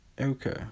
Okay